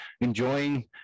enjoying